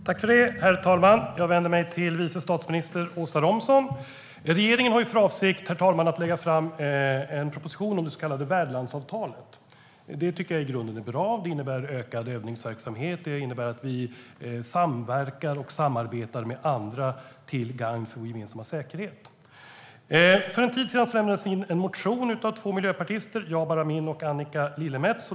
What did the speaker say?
Herr talman! Jag vänder mig till vice statsminister Åsa Romson. Regeringen har för avsikt att lägga fram en proposition om det så kallade värdlandsavtalet. Det tycker jag i grunden är bra. Det innebär ökad övningsverksamhet och att vi samverkar och samarbetar med andra till gagn för vår gemensamma säkerhet. För en tid sedan väcktes en motion av två miljöpartister, Jabar Amin och Annika Lillemets.